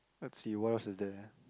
let's see what else is there